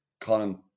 Conan